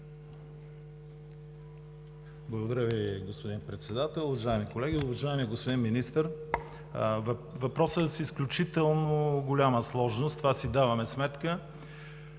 Благодаря Ви, господин Председател. Уважаеми колеги, уважаеми господин Министър! Въпросът е с изключително голяма сложност – за това си даваме сметка,